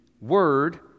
Word